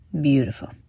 Beautiful